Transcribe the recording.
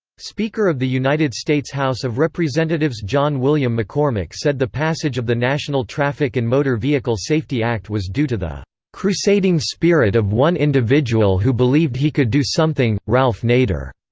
speaker of the united states house of representatives john william mccormack said the passage of the national traffic and motor vehicle safety act was due to the crusading spirit of one individual who believed he could do something ralph nader.